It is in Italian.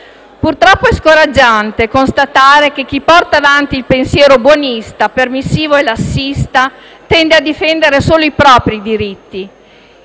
Purtroppo è scoraggiante constatare che chi porta avanti il pensiero buonista, permissivo e lassista tende a difendere solo i propri diritti,